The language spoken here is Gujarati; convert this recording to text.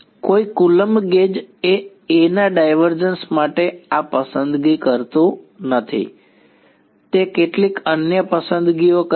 કોઈ કુલંબ ગેજ એ A ના ડાયવર્ઝન્સ માટે આ પસંદગી કરતું નથી તે કેટલીક અન્ય પસંદગીઓ કરે છે